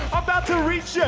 about to reach ya.